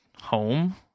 home